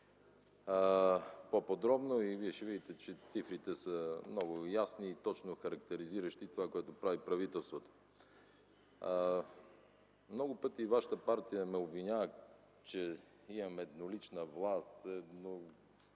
по-подробно, и ще видите, че цифрите са много ясни и точно характеризират правеното от правителството. Много пъти вашата партия ме обвинява, че имам еднолична власт, че само